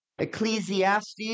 Ecclesiastes